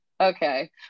okay